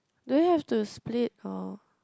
do you have to split or